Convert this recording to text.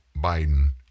Biden